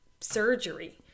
surgery